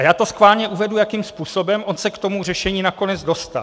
Já schválně uvedu, jakým způsobem se k řešení nakonec dostal.